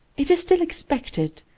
it is still expected,